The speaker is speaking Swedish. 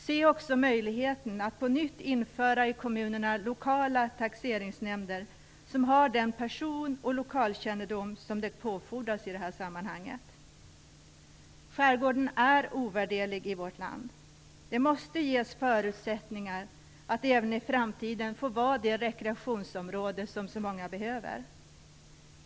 Se också möjligheten att på nytt i kommunerna införa lokala taxeringsnämnder som har den person och lokalkännedom som fordras i detta sammanhang. Skärgården är ovärderlig för vårt land. Det måste ges förutsättningar för att den även i fortsättningen skall vara det rekreationsområde som så många behöver.